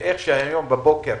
ואיך שהיום בבוקר,